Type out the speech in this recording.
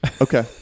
Okay